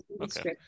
Okay